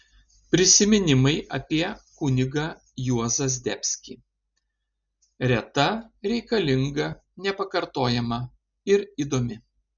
prisiminimai apie kunigą juozą zdebskį reta reikalinga nepakartojama ir įdomi